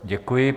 Děkuji.